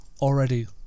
Already